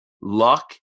luck